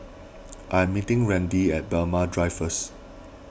I am meeting Randi at Braemar Drive first